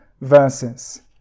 verses